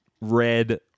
Red